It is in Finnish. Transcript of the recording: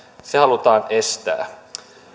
se halutaan estää